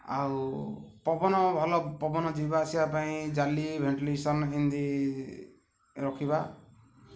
ଆଉ ପବନ ଭଲ ପବନ ଯିବା ଆସିବା ପାଇଁ ଜାଲି ଭେଣ୍ଟିଲେସନ୍ ଏମିତି ରଖିବା